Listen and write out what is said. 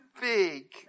big